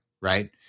right